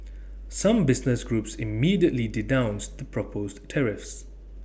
some business groups immediately denounced the proposed tariffs